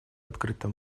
открытом